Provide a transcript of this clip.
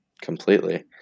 Completely